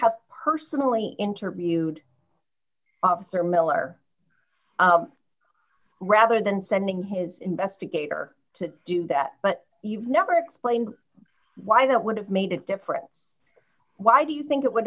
have personally interviewed officer miller rather than sending his investigator to do that but you've never explained why that would have made a difference why do you think it would